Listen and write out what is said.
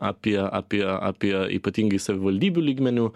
apie apie apie ypatingai savivaldybių lygmeniu